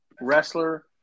wrestler